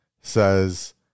says